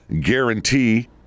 guarantee